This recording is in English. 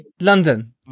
London